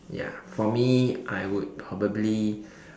ya for me I would probably